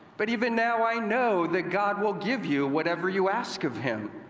but even now i know that god will give you whatever you ask of him.